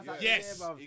Yes